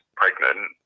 pregnant